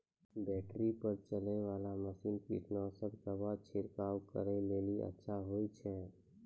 Battery पर चलै वाला मसीन कीटनासक दवा छिड़काव करै लेली अच्छा होय छै?